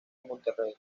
monterrey